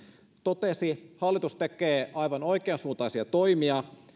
totesi hallitus tekee aivan oikeansuuntaisia toimia ja